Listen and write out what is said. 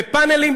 בפאנלים,